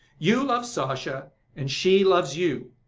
you love sasha and she loves you.